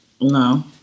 no